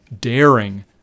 daring